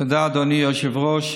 תודה, אדוני היושב-ראש.